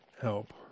help